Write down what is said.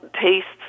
tastes